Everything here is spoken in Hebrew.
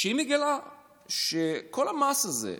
שמגלה שכל המס הזה,